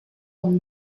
amb